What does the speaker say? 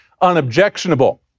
unobjectionable